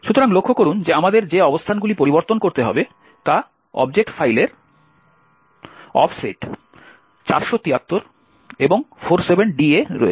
সুতরাং লক্ষ্য করুন যে আমাদের যে অবস্থানগুলি পরিবর্তন করতে হবে তা অবজেক্ট ফাইলের অফসেট 473 এবং 47d এ রয়েছে